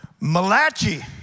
Malachi